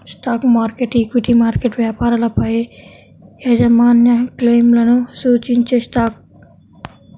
stock market, equity market వ్యాపారాలపైయాజమాన్యక్లెయిమ్లను సూచించేస్టాక్